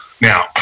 Now